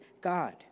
God